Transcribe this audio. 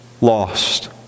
lost